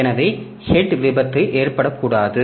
எனவே ஹெட் விபத்து ஏற்படக்கூடாது